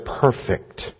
perfect